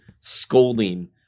scolding